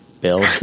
Bill